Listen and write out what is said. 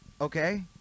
Okay